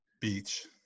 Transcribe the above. Beach